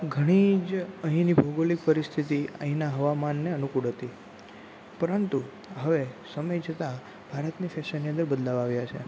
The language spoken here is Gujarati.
ઘણી જ અહીંની ભૌગોલિક પરિસ્થિતિ અહીંના હવામાનને અનુકૂળ હતી પરંતુ હવે સમય જતા ભારતની ફેશનની અંદર બદલાવ આવ્યાં છે